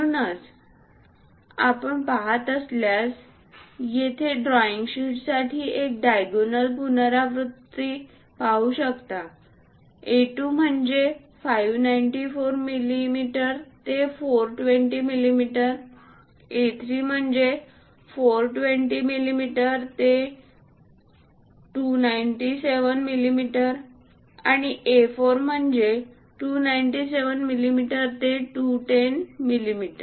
म्हणूनच आपण पहात असल्यास येथे ड्रॉईंग शिटसाठी एक डायगोनल पुनरावृत्ती पाहू शकता A2 म्हणजे 594 मिमी ते 420 मिमी A3 म्हणजे 420 मिमी ते 297 मिमी आणि A4 म्हणजे 297 मिमी ते 210 मिमी